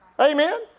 Amen